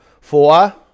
Four